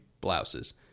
blouses